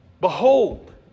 Behold